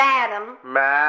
Madam